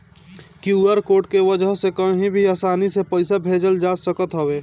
QR code के वजह से कही भी आसानी से पईसा भेजल जा सकत हवे